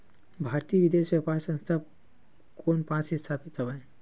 भारतीय विदेश व्यापार संस्था कोन पास स्थापित हवएं?